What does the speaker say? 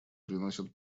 приносят